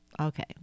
Okay